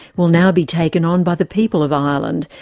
will now be taken on by the people of ireland,